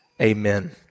amen